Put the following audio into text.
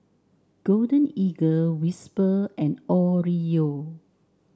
Golden Eagle Whisper and Oreo